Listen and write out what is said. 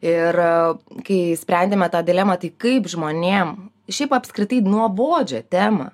ir kai sprendėme tą dilemą tai kaip žmonėm šiaip apskritai nuobodžią temą